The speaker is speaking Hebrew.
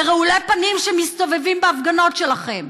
ורעולי פנים שמסתובבים בהפגנות שלכם,